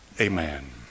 Amen